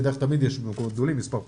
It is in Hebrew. תמיד יש בהופעות גדולות מספר פתחים,